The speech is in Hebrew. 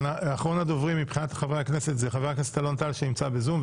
חבר הכנסת אלון טל, שנמצא בזום.